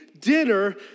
dinner